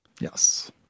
yes